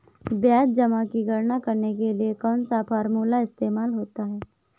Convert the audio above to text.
जमा ब्याज की गणना करने के लिए कौनसा फॉर्मूला इस्तेमाल होता है?